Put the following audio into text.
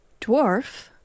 dwarf